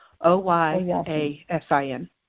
O-Y-A-S-I-N